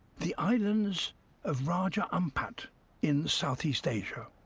the islands of raja ampat in southeast asia.